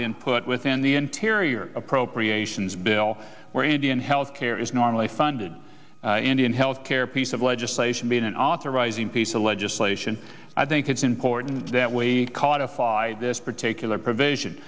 been put within the interior appropriations bill where indian health care is normally funded indian health care piece of legislation being an authorizing piece of legislation i think it's important that we call it a five this particular provision